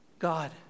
God